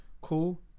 cool